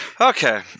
Okay